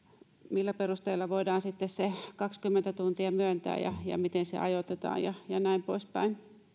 sitten voidaan se kaksikymmentä tuntia myöntää ja ja miten se ajoitetaan ja näin poispäin